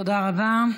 תודה רבה.